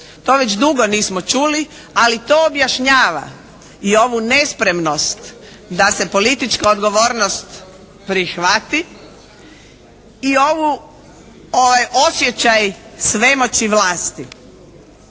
To već dugo nismo čuli, ali to objašnjava i ovu nespremnost da se politička odgovornost prihvati i ovaj osjećaj svemoći vlasti.